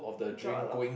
drop a lot